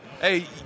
Hey